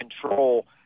control